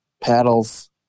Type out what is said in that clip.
paddles